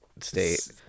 state